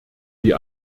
die